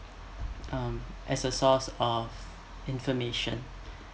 um as a source of information